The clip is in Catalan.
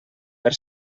per